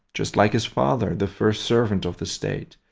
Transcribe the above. just like his father, the first servant of the state.